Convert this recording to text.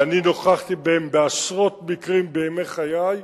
ואני נוכחתי בזה בעשרות מקרים בימי חיי,